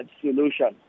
solution